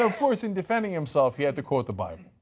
of course, in defending himself he had to quote the bible.